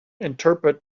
interpret